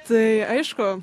tai aišku